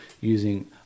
using